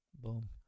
Boom